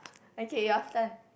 okay your turn